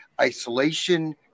isolation